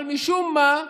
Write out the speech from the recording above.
אבל משום מה,